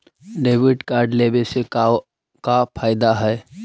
Debit card लेवे से का का फायदा है?